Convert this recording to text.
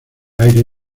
aire